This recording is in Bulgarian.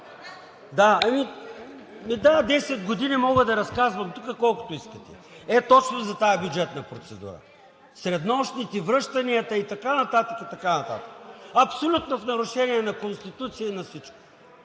Да, десет години мога да разказвам тук колкото искате ей точно за тази бюджетна процедура – среднощните, връщанията и така нататък, абсолютно в нарушение на Конституцията и на всичко.